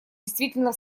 действительно